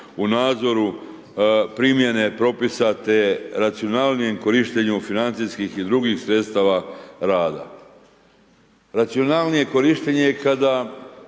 u nadzoru primjene propisa te racionalnijem korištenju financijskih i drugih sredstava rada. Racionalnije korištenje je kada